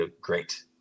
great